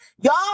Y'all